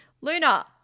Luna